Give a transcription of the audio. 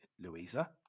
Louisa